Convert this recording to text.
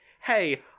hey